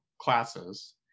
classes